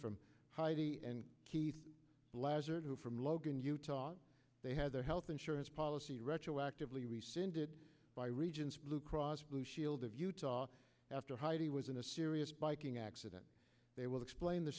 from heidi and keith lazarus who from logan utah they had their health insurance policy retroactively rescinded by regents blue cross blue shield of utah after heidi was in a serious biking accident they will explain the